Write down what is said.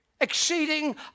exceeding